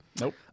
Nope